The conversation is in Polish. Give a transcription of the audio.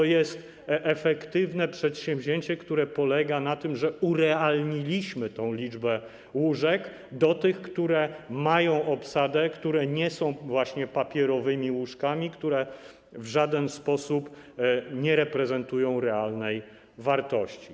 To jest efektywne przedsięwzięcie, które polega na tym, że urealniliśmy tę liczbę łóżek - do tych, które mają obsadę, które nie są papierowymi łóżkami w żaden sposób niereprezentującymi realnej wartości.